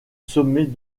sommet